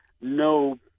no